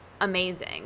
amazing